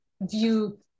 view